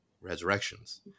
Resurrections